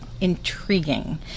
Intriguing